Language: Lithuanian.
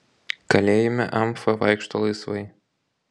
kalėjime amfa vaikšto laisvai